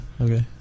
Okay